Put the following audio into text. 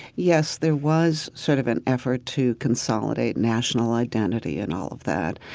yes, there was sort of an effort to consolidate national identity and all of that.